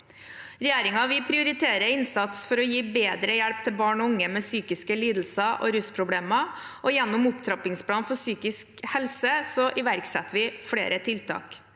Regjeringen prioriterer innsatsen for å gi bedre hjelp til barn og unge med psykiske lidelser og rusproblemer. Gjennom opptrappingsplanen for psykisk helse iverksetter vi flere tiltak.